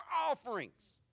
offerings